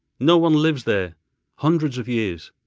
no one lives there hundreds of years